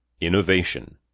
Innovation